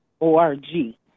O-R-G